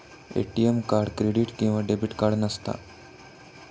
ATM card credit किंवा debit card नसता